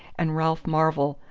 and ralph marvell,